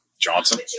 Johnson